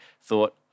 thought